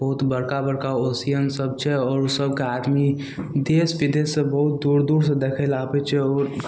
बहुते बड़का बड़का ओसियन सभ छै आरो सभके आदमी देश विदेशसँ बहुत दूर दूरसँ देखय लए आबय छै आओर